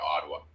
Ottawa